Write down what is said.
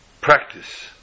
Practice